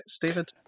David